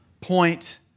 point